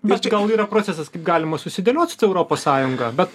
bet tai gal yra procesas kaip galima susidėliot su ta europos sąjunga bet